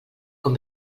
com